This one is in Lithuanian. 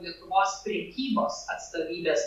lietuvos prekybos atstovybės